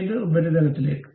ഏത് ഉപരിതലത്തിലേക്ക്